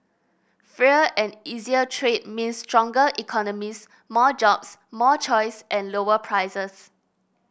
freer and easier trade means stronger economies more jobs more choice and lower prices